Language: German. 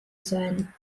sein